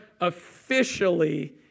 officially